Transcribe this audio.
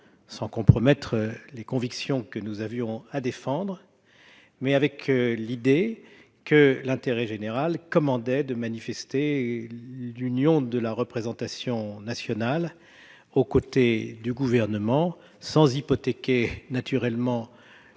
sans compromettre les convictions que nous avons à défendre, mais avec l'idée que l'intérêt général commande de manifester l'union de la représentation nationale aux côtés du Gouvernement. Naturellement,